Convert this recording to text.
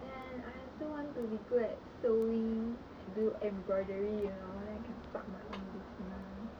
then I also want to be good at sewing do embroidery you know then I can start my own business